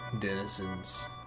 Denizens